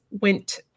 went